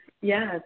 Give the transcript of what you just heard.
Yes